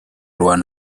one